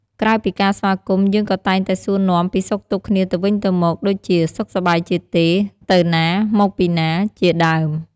ក្រៅពីការស្វាគមន៍ យើងក៏តែងតែសួរនាំពីសុខទុក្ខគ្នាទៅវិញទៅមកដូចជា "សុខសប្បាយជាទេ?", "ទៅណា?", "មកពីណា?" ជាដើម។